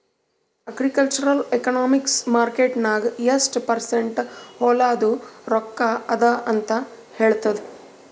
agricultural economics market ನಾಗ್ ಎಷ್ಟ percent ಹೊಲಾದು ರೊಕ್ಕಾ ಅದ ಅಂತ ಹೇಳ್ತದ್